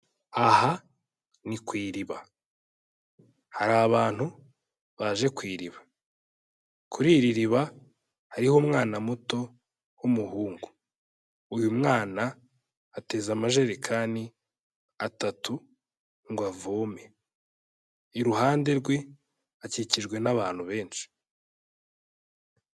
Aha ni ku iriba. Hari abantu baje ku iriba. Kuri iri riba hariho umwana muto w'umuhungu. Uyu mwana ateze amajerekani atatu ngo avome. Iruhande rwe akikijwe n'abantu benshi.